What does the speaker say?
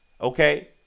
okay